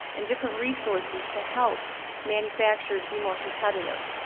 and different resources to help manufacturers be more competitive.